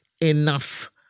enough